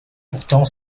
pourtant